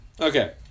Okay